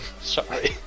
sorry